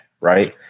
right